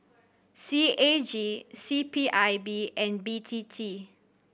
C A G C P I B and B T T